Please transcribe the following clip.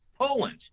Poland